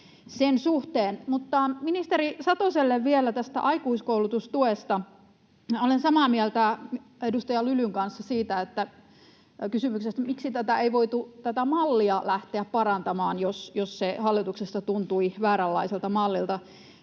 ministeri Satoselle vielä tästä aikuiskoulutustuesta. Olen samaa mieltä edustaja Lylyn kanssa kysymyksestä, miksi ei voitu tätä mallia lähteä parantamaan, jos se hallituksesta tuntui vääränlaiselta mallilta,